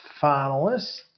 finalists